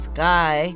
Sky